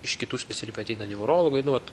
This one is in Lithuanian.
iš kitų specialybių ateina neurologai nu vat